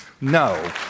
No